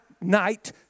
night